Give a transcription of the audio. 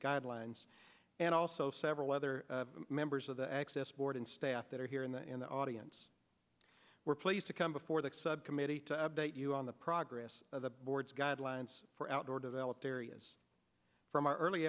guidelines and also several other members of the access board and staff that are here in the in the audience were placed to come before the subcommittee to update you on the progress of the board's guidelines for outdoor developed areas from our early